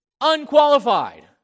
unqualified